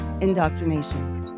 indoctrination